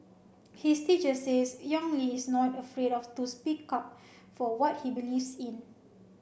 his teacher says Yong Li is not afraid of to speak up for what he believes in